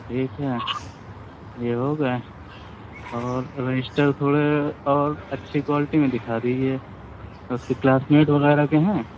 ٹھیک ہے یہ ہو گئے اور رجسٹر تھوڑے اور اچھی کوالٹی میں دکھا دیجیے اس کے کلاس میٹ وغیرہ کے ہیں